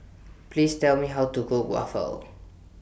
Please Tell Me How to Cook Waffle